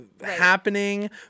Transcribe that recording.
happening